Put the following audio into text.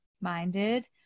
minded